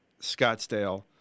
Scottsdale